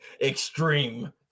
Extreme